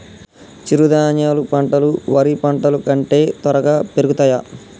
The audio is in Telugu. చిరుధాన్యాలు పంటలు వరి పంటలు కంటే త్వరగా పెరుగుతయా?